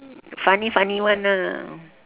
funny funny [one] ah